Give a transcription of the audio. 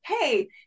Hey